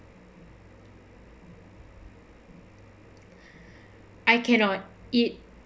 I can not it